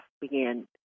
began